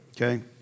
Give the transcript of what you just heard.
Okay